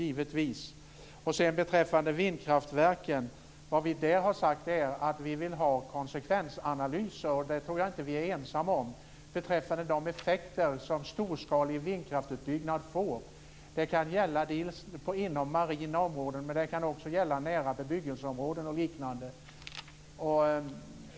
När det gäller vindkraftverken har vi sagt att vi vill ha konsekvensanalyser beträffande de effekter som storskalig vindkraftsutbyggnad får, och det tror jag inte att vi är ensamma om. Det kan gälla inom marina områden, men det kan också gälla områden nära bebyggelse och liknande.